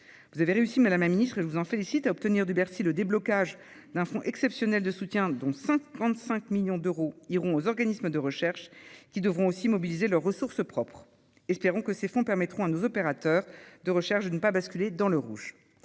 Vous avez réussi, madame la ministre- et je vous en félicite -, à obtenir de Bercy le déblocage d'un fonds exceptionnel de soutien, dont 55 millions d'euros iront aux organismes de recherche, qui devront aussi mobiliser leurs ressources propres. Espérons que ces fonds permettront à nos opérateurs de recherche de ne pas basculer dans le rouge